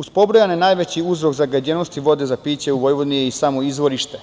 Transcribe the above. Uz pobrojane najveće uzroke zagađenosti vode za piće u Vojvodini je i samo izvorište,